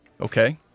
Okay